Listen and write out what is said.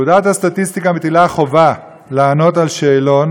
פקודת הסטטיסטיקה מטילה חובה לענות על שאלון